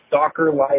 stalker-like